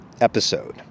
episode